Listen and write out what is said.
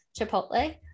Chipotle